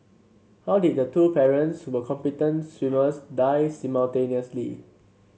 how did the two parents were competent swimmers die simultaneously